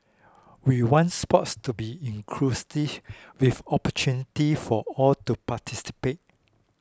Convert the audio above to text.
we want sports to be with opportunities for all to participate